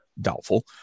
Doubtful